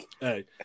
Hey